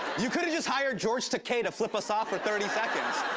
you could've just hired george takei to flip us off for thirty seconds.